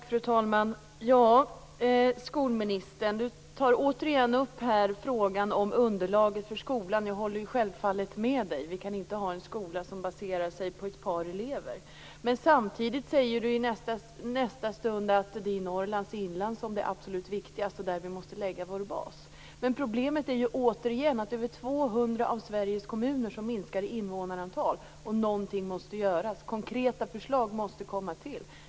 Fru talman! Skolministern tar återigen upp frågan om underlaget för skolan. Jag håller självfallet med. Vi kan inte ha en skola som baserar sig på ett par elever. Samtidigt säger hon att Norrlands inland är absolut viktigast och att det är där vi måste lägga vår bas. Men problemet är, återigen, att över 200 av Sveriges kommuner minskar i invånarantal. Någonting måste göras. Konkreta förslag måste komma till.